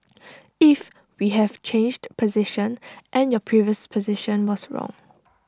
if we have changed position and your previous position was wrong